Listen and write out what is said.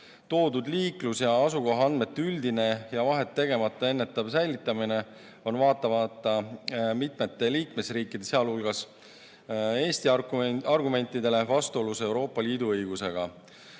toodud liiklus‑ ja asukohaandmete üldine ja vahet tegemata ennetav säilitamine on vaatamata mitmete liikmesriikide, sealhulgas Eesti argumentidele vastuolus Euroopa Liidu õigusega.